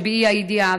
שבאי-הידיעה,